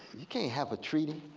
you can't have a treaty